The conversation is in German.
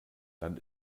dann